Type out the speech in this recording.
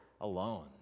alone